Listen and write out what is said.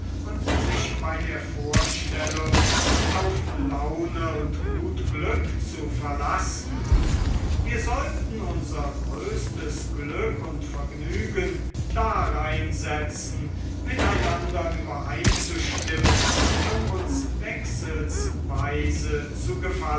und sich bei der vorstellung auf die laune und gut glück zu verlassen wir sollten unser größtes glück und vergnügen darein setzen miteinander übereinzustimmen um uns wechselsweise zu